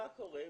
מה קורה?